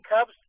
Cubs